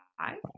five